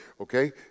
okay